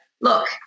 look